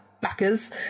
backers